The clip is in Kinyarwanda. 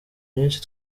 myinshi